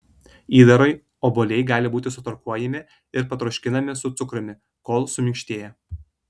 įdarui obuoliai gali būti sutarkuojami ir patroškinami su cukrumi kol suminkštėja